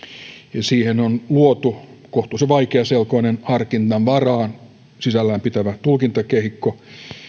ja siihen on luotu kohtuullisen vaikeaselkoinen harkinnanvaraa sisällään pitävä tulkintakehikko